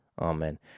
Amen